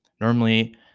Normally